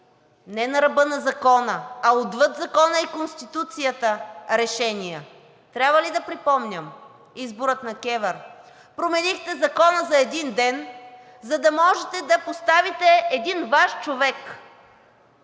не на ръба на закона, а отвъд закона и Конституцията решения. Трябва ли да припомням избора на КЕВР – променихте закона за един ден, за да можете да поставите един Ваш човек